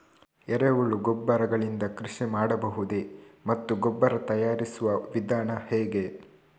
ಎರೆಹುಳು ಗೊಬ್ಬರ ಗಳಿಂದ ಕೃಷಿ ಮಾಡಬಹುದೇ ಮತ್ತು ಗೊಬ್ಬರ ತಯಾರಿಸುವ ವಿಧಾನ ಹೇಗೆ?